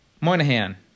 Moynihan